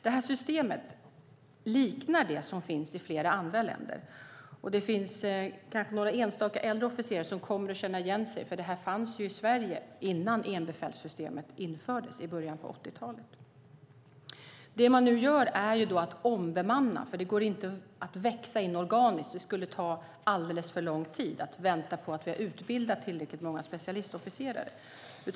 Detta system liknar dem som finns i flera andra länder. Det finns kanske några enstaka äldre officerare som kommer att känna igen sig, för detta fanns i Sverige innan enbefälssystemet infördes i början av 80-talet. Det man nu gör är att ombemanna, för det kan inte växa in organiskt. Det skulle ta alldeles för lång tid att vänta på att vi utbildat tillräckligt många specialistofficerare.